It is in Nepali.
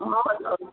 हजुर